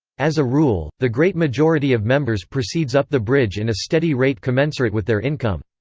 as a rule, the great majority of members proceeds up the bridge in a steady rate commensurate with their income.